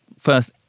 first